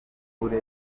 ubure